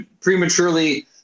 prematurely